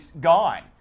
gone